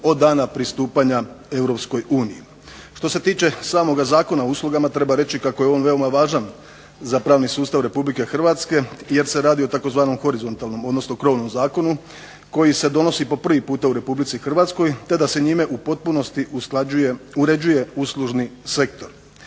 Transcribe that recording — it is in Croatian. od dana pristupanja EU. Što se tiče samoga Zakona o uslugama treba reći kako je on veoma važan za pravni sustav RH jer se radi o tzv. horizontalnom, odnosno krovnom zakonu, koji se donosi po prvi puta u RH te da se njime u potpunosti uređuje uslužni sektor.